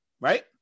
Right